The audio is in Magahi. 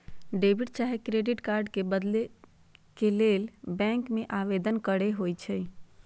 डेबिट चाहे क्रेडिट कार्ड के बदले के लेल बैंक में आवेदन करेके होइ छइ